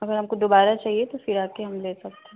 अगर हमको दोबारा चाहिए तो फिर आपके यहाँ हम ले सकते हैं